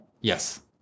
Yes